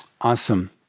Awesome